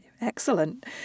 Excellent